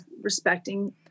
respecting